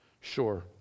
Sure